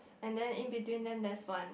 and then in between them there's one